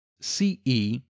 c-e